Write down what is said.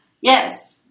Yes